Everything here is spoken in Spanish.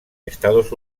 estados